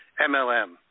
MLM